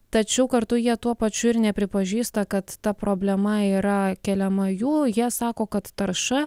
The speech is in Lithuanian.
tačiau kartu jie tuo pačiu ir nepripažįsta kad ta problema yra keliama jų jie sako kad tarša